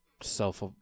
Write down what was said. self